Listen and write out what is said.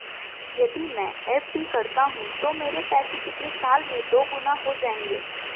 यदि मैं एफ.डी करता हूँ तो मेरे पैसे कितने साल में दोगुना हो जाएँगे?